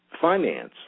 finance